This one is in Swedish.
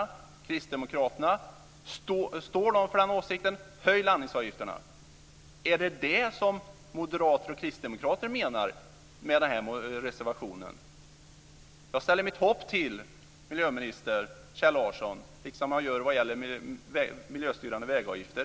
Kristdemokraterna, står de för den åsikten, att höja landningsavgifterna? Är det det som moderater och kristdemokrater menar med detta? Jag sätter mitt hopp till miljöminister Kjell Larsson, liksom jag gör vad gäller t.ex. miljöstyrande vägavgifter.